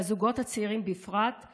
והזוגות הצעירים בפרט,